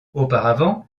auparavant